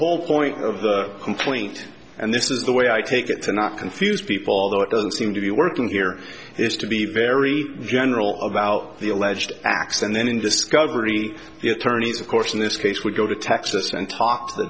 whole point of the complaint and this is the way i take it to not confuse people although it doesn't seem to be working here is to be very general about the alleged acts and then in discovery the attorneys of course in this case would go to texas and talk to the